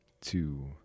two